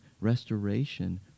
restoration